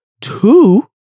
Two